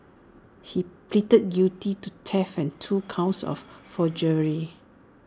he pleaded guilty to theft and two counts of forgery